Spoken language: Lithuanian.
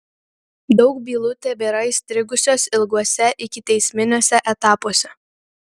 daug bylų tebėra įstrigusios ilguose ikiteisminiuose etapuose